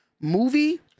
movie